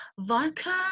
vodka